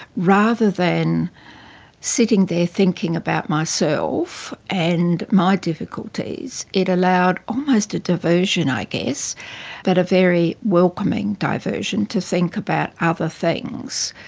rather than sitting there thinking about myself and my difficulties, it allowed almost a diversion i guess but a very welcoming diversion to think about other things.